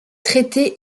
traité